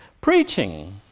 preaching